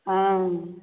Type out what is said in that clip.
हँ